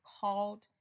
called